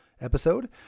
episode